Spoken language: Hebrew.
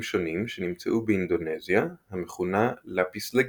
שונים שנמצאו באינדונזיה המכונה "לאפיס לגיט"